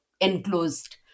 enclosed